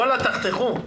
ואלה, תחתכו.